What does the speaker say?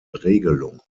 regelung